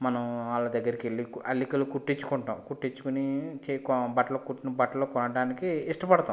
మనం వాళ్ళ దగ్గరకి వెళ్ళి అల్లికలు కుట్టించుకుంటాం కుట్టించుకుని బట్టలు కుట్టిన బట్టలు కొనడానికి ఇష్టపడతాం